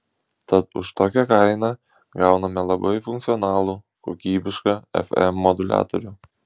tad už tokią kainą gauname labai funkcionalų kokybišką fm moduliatorių